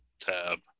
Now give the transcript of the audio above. Tab